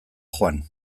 joan